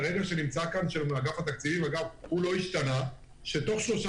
שכרגע נמצא כאן מאגף התקציבים הוא לא השתנה הודיע שתוך שלושה